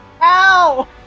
Ow